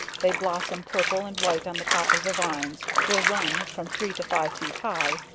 they blossom, purple and white on the top of the vines, will run, from three to five feet high,